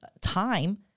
time